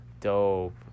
dope